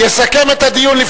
יסכם את הדיון,